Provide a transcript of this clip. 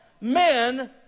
Men